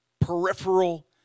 peripheral